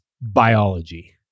biology